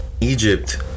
Egypt